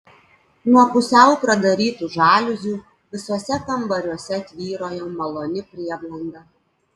nuo pusiau pradarytų žaliuzių visuose kambariuose tvyrojo maloni prieblanda